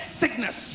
sickness